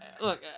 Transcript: look